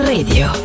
Radio